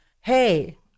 hey